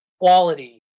quality